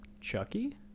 Chucky